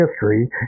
history